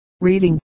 Reading